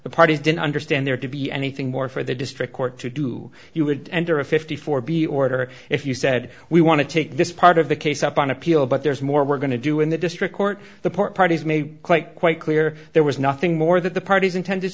the parties didn't understand there to be anything more for the district court to do you would enter a fifty four dollars b order if you said we want to take this part of the case up on appeal but there's more we're going to do in the district court the part parties may quite quite clear there was nothing more that the parties intended